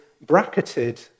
bracketed